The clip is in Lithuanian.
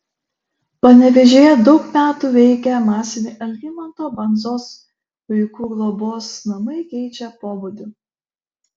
panevėžyje daug metų veikę masiniai algimanto bandzos vaikų globos namai keičia pobūdį